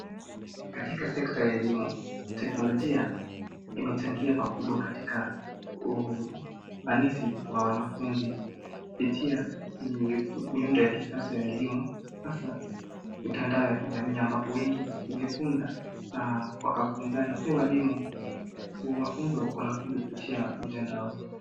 Katika sekta ya elimu, teknolojia imechangia pakubwa katika ufanisi wa wanafunzi kupitia miundo ya kisasa ya elimu hasa mitandao ya kijamii ambapo wengi hujifunza na wakafunzana. Pia walimu huwafunza wanafunzi kupitia mitandao.